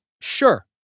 sure